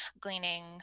gleaning